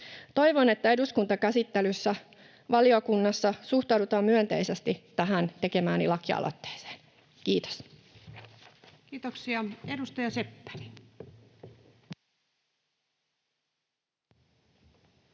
Toivon, että eduskuntakäsittelyssä valiokunnassa suhtaudutaan myönteisesti tähän tekemääni lakialoitteeseen. — Kiitos. [Speech 133]